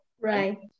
Right